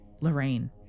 lorraine